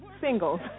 singles